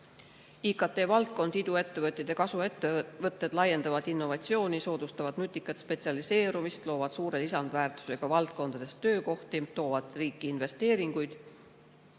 IKT valdkond, iduettevõtjad ja kasvuettevõtted laiendavad innovatsiooni, soodustavad nutikat spetsialiseerumist, loovad suure lisandväärtusega valdkondades töökohti, toovad riiki investeeringuid